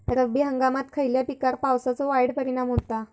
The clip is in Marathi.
रब्बी हंगामात खयल्या पिकार पावसाचो वाईट परिणाम होता?